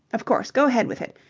of course, go ahead with it.